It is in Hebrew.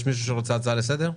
יש מישהו שרוצה הצעה לסדר?